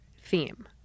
theme